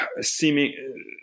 seeming